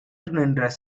நின்ற